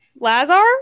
lazar